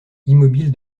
immobile